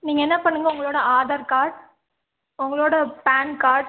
நீங்கள் என்ன பண்ணுங்கள் உங்களோட ஆதார்கார்ட் உங்களோட பான்கார்ட்